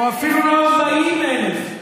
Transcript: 1.1 מיליון איש.